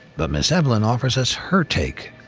but ms. evelyn offers us her take,